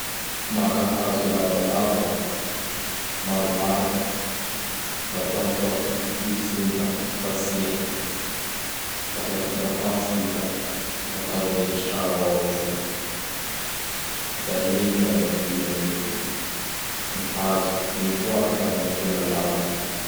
Maka hazo lavalava maromaro. Da atao mifapitikititsiky igny da fatsia. Lafa vita fantsiky i da atao an'efitrano ao am zay. Da igny gn' adadizan'ny gn hazo, igny koa afaky agnatogna lamba.